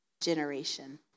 generation